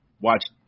watch